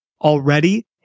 already